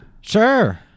Sure